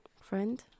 Friend